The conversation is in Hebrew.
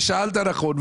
ושאלת נכון.